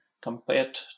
compared